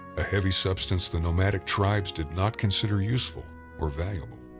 a heavy substance the nomadic tribes did not consider useful or valuable.